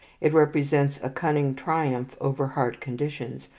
it represents a cunning triumph over hard conditions,